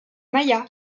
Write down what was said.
maya